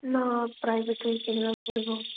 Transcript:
ନାଁ ପ୍ରାଇଭେଟ୍ରେ ହିଁ କିଣିବାକୁ ପଡ଼ିବ